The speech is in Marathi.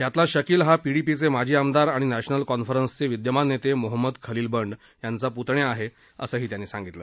यातला शकिल हा पीडीपीचे माजी आमदार आणि नॅशनल कॉन्फरन्सचे विद्यमान नेते मोहमद खलिल बंड यांचा पुतण्या आहे असंही त्यांनी सांगितलं